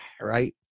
right